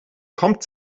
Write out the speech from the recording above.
kommt